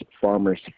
farmers